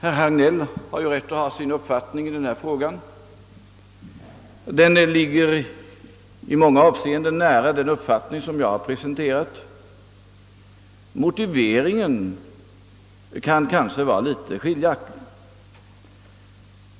Herr Hagnell har rätt att ha sin egen uppfattning i denna fråga, och den ligger i många avseenden nära den som jag har givit uttryck åt. Motiveringen kan måhända vara litet skiljaktig.